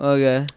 Okay